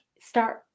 start